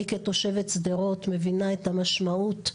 אני כתושבת שדרות מבינה את המשמעות.